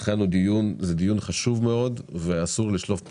לכן זה דיון חשוב מאוד ואסור לשלוף פה,